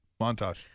montage